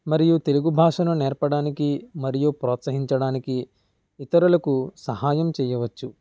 మరియు తెలుగు భాషను నేర్పడానికి మరియు ప్రోత్సహించడానికి ఇతరులకు సహాయం చేయవచ్చు